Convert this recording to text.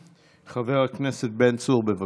חבר הכנסת בן צור, בבקשה.